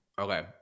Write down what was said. okay